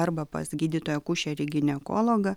arba pas gydytoją akušerį ginekologą